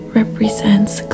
represents